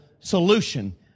solution